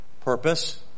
Purpose